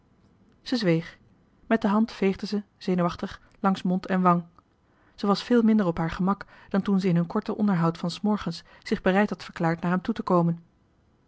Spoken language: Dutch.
zij zweeg met de hand veegde zij zenuwachtig langs mond en wang zij was veel minder op haar gemak dan toen ze in hun korte onderhoud van s morgens zich bereid had verklaard naar hem toe te komen